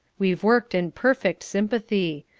we've worked in perfect sympathy.